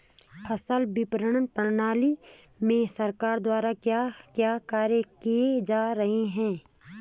फसल विपणन प्रणाली में सरकार द्वारा क्या क्या कार्य किए जा रहे हैं?